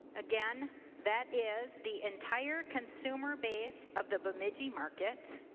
again that is the entire consumer base of the bemidji market.